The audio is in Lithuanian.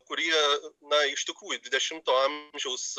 kurie na iš tikrųjų dvidešimto amžiaus